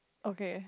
okay